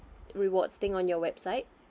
rewards thing on your website